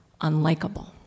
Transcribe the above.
unlikable